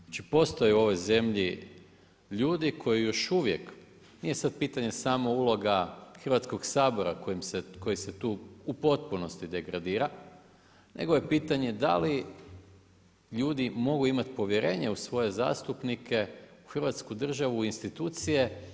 Znači, postoje u ovoj zemlji ljudi koji još uvijek, nije sad pitanje samo uloga Hrvatskog sabora koji se tu u potpunosti degradira, nego je pitanje da li ljudi mogu imati povjerenje u svoje zastupnike, u hrvatsku državu, u institucije.